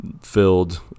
filled